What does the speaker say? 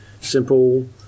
simple